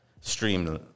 stream